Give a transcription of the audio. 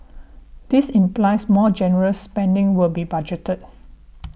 this implies more generous spending will be budgeted